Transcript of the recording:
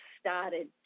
started